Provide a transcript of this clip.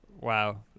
Wow